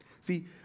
See